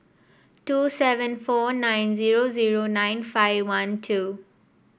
two seven four nine zero zero nine five one two